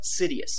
Sidious